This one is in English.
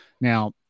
Now